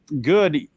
good